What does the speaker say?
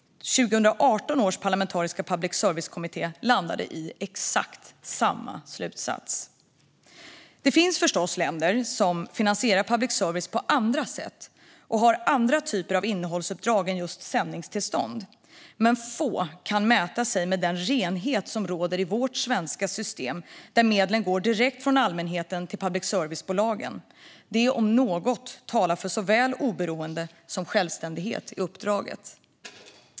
2018 års parlamentariska public service-kommitté landade i exakt samma slutsats. Det finns förstås länder som finansierar public service på andra sätt och har andra typer av innehållsuppdrag än just sändningstillstånd, men få kan mäta sig med den renhet som råder i vårt svenska system, där medlen går direkt från allmänheten till public service-bolagen. Detta, om något, talar för såväl oberoende som självständighet i uppdraget.